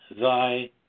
thy